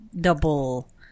double